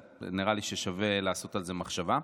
אז נראה לי ששווה לעשות על זה מחשבה.